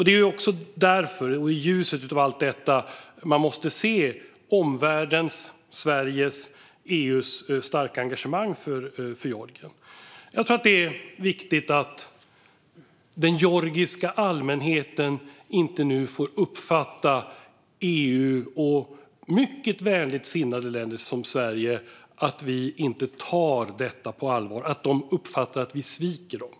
Det är också därför, och i ljuset av allt detta, man måste se omvärldens, Sveriges och EU:s starka engagemang för Georgien. Jag tror att det är viktigt att den georgiska allmänheten nu inte får uppfattningen att EU och mycket vänligt sinnade länder som Sverige inte tar detta på allvar och att vi sviker dem.